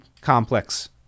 complex